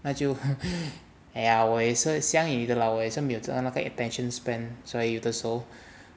那就 !aiya! 我也是像你的 lah 我也是没有这样的 attention span 所以有的时候